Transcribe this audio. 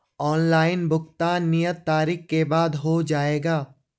Online भुगतान नियत तारीख के बाद हो जाएगा?